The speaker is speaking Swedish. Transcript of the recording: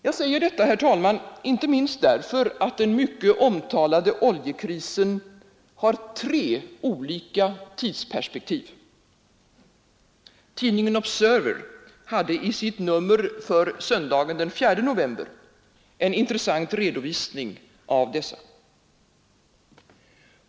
Jag säger detta, herr talman, inte minst därför att den mycket omtalade oljekrisen har tre olika tidsperspektiv. Tidningen Observer hade i sitt nummer för söndagen den 4 november en intressant redovisning av detta.